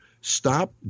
stop